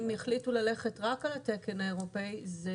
אם יחליטו ללכת רק על התקן האירופי זה